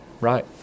Right